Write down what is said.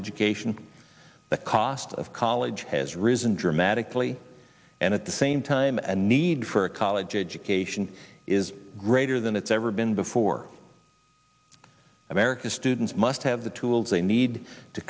education the cost of college has risen dramatically and at the same time and need for a college education is greater than it's ever been before american students must have the tools they need to